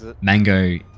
Mango